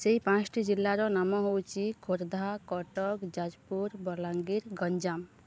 ସେଇ ପାଞ୍ଚଟି ଜିଲ୍ଲାର ନାମ ହେଉଛି ଖୋର୍ଦ୍ଧା କଟକ ଯାଜପୁର ବଲାଙ୍ଗୀର ଗଞ୍ଜାମ